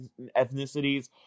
ethnicities